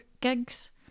gigs